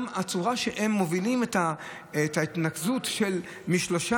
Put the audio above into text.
גם הצורה שהם מובילים את ההתנקזות משלושה,